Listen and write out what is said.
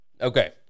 Okay